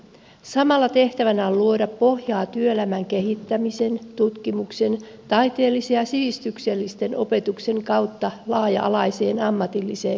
samalla tehtävänä on luoda pohjaa työelämän kehittämisen tutkimuksen taiteellisen ja sivistyksellisen opetuksen kautta laaja alaiseen ammatilliseen kasvuun